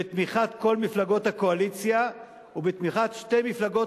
בתמיכת כל מפלגות הקואליציה ובתמיכת שתי מפלגות